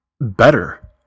better